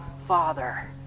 Father